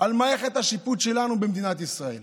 על מערכת השיפוט שלנו במדינת ישראל